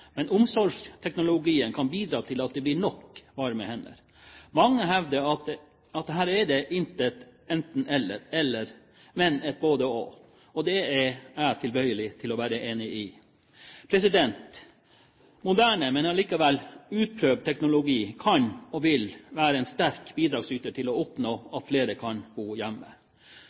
men omsorgsteknologien kan bidra til at det blir nok varme hender. Mange hevder at her er det intet enten–eller, men et både–og. Det er jeg tilbøyelig til å være enig i. Moderne, men allikevel utprøvd teknologi, kan og vil være en sterk bidragsyter til å oppnå at flere kan bo hjemme.